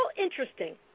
interesting